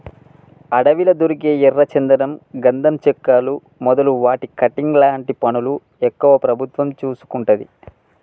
అడవిలా దొరికే ఎర్ర చందనం గంధం చెక్కలు మొదలు వాటి కటింగ్ లాంటి పనులు ఎక్కువ ప్రభుత్వం చూసుకుంటది